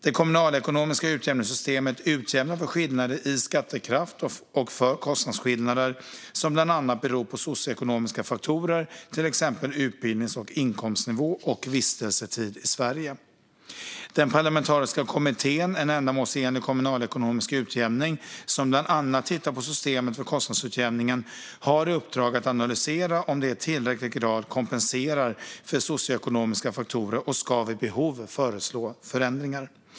Det kommunalekonomiska utjämningssystemet utjämnar för skillnader i skattekraft och för kostnadsskillnader som bland annat beror på socioekonomiska faktorer, till exempel utbildnings och inkomstnivå och vistelsetid i Sverige. Den parlamentariska kommittén En ändamålsenlig kommunalekonomisk utjämning som bland annat tittar på systemet för kostnadsutjämningen har i uppdrag att analysera om det i tillräcklig grad kompenserar för socioekonomiska faktorer och ska vid behov föreslå ändringar.